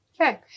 Okay